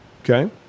Okay